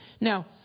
Now